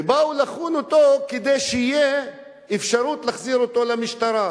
ובאו לחון אותו כדי שתהיה אפשרות להחזיר אותו למשטרה.